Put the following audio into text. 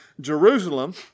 Jerusalem